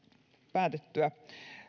päätettyä